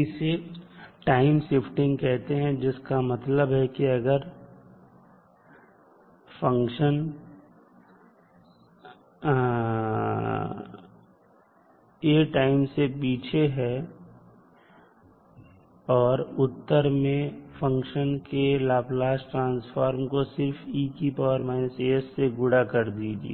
इसे time shifting कहते हैं जिसका मतलब है कि अगर फंक्शन a टाइम से पीछे है तो उत्तर में उस फंक्शन के लाप्लास ट्रांसफार्म को सिर्फ से गुड़ा कर दीजिए